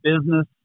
business